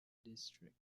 district